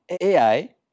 AI